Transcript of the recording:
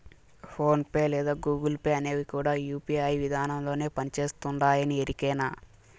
phone pay లేదా Google Pay అనేవి కూడా యూ.పీ.ఐ విదానంలోనే పని చేస్తుండాయని ఎరికేనా